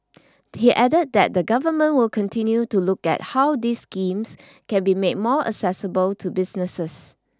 he added that the Government will continue to look at how these schemes can be made more accessible to businesses